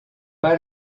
pas